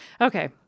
okay